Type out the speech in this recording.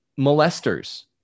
molesters